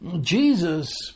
Jesus